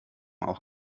auch